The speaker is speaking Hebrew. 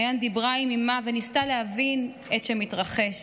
מעיין דיברה עם אימה וניסתה להבין את שמתרחש.